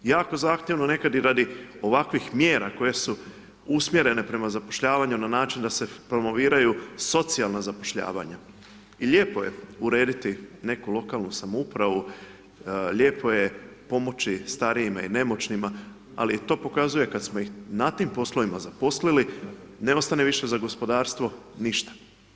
Jako zahtjevno nekad i radi ovakvih mjera koje su usmjerene prema zapošljavanju na način da se promoviraju socijalnu zapošljavanja i lijepo je urediti neku lokalnu samoupravu, lijepo je pomoći starijim i nemoćnima ali to pokazuje kad smo ih na tim poslovima zaposlili, ne ostane više za gospodarstvo ništa.